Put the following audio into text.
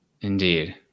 Indeed